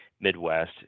Midwest